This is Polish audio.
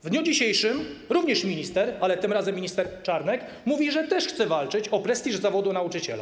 W dniu dzisiejszym również minister, ale tym razem minister Czarnek, mówi, że też chce walczyć o prestiż zawodu nauczyciela.